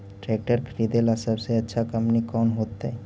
Tractor खरीदेला सबसे अच्छा कंपनी कौन होतई?